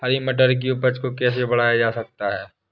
हरी मटर की उपज को कैसे बढ़ाया जा सकता है?